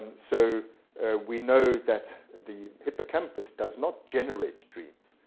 so we know that the hippocampus does not generate dreams.